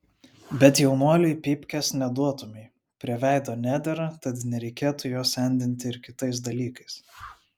bet jaunuoliui pypkės neduotumei prie veido nedera tad nereikėtų jo sendinti ir kitais dalykais